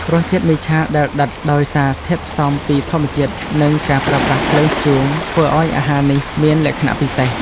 រសជាតិមីឆាដែលដិតដោយសារធាតុផ្សំពីធម្មជាតិនិងការប្រើប្រាស់ភ្លើងធ្យូងធ្វើឱ្យអាហារនេះមានលក្ខណៈពិសេស។